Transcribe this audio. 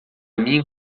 mim